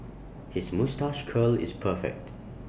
his moustache curl is perfect